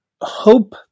hope